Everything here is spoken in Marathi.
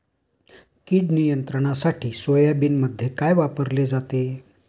कीड नियंत्रणासाठी सोयाबीनमध्ये काय वापरले जाते?